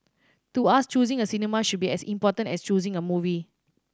to us choosing a cinema should be as important as choosing a movie